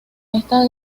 esta